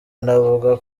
anavuga